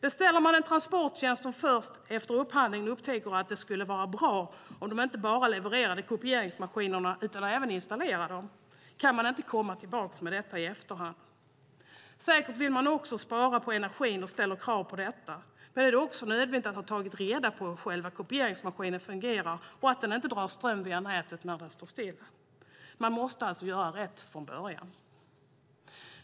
Beställer man en transporttjänst och först efter upphandlingen upptäcker att det skulle vara bra om de inte bara levererar kopieringsmaskinerna utan även installerar dem, kan man inte komma tillbaka med detta krav i efterhand. Säkert vill man också spara på energin och ställer krav på detta. Men då är det också nödvändigt att ha tagit reda på att själva kopieringsmaskinen fungerar och att den inte drar ström via elnätet när den står still. Man måste göra rätt från början.